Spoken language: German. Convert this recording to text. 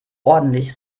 ordentlich